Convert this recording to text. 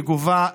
שגובה חיים,